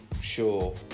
sure